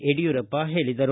ಯಡಿಯೂರಪ್ಪ ಹೇಳಿದರು